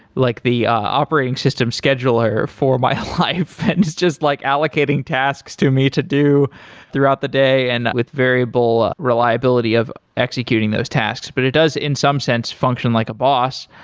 like the operating system schedule for my life and it's just like allocating tasks to me to do throughout the day and with variable reliability of executing those tasks. but it does in some sense function like a boss.